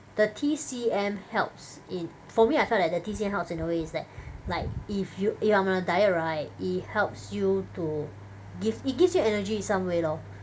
the T_C_M helps in for me I felt that the T_C_M helps in a way is that like if you you are on a diet right it helps you to give it gives you energy in some way lor